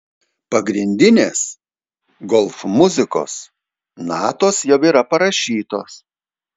pagrindinės golf muzikos natos jau yra parašytos